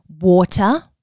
Water